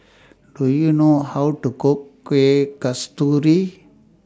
Do YOU know How to Cook Kueh Kasturi